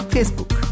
Facebook